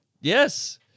Yes